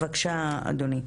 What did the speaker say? בבקשה אדוני.